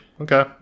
Okay